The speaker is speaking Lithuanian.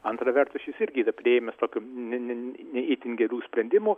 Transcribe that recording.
antra vertus jis irgi yra priėmęs tokių ne ne ne itin gerų sprendimų